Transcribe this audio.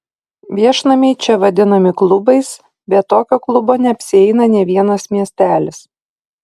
viešnamiai čia vadinami klubais be tokio klubo neapsieina nė vienas miestelis